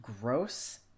gross